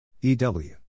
EW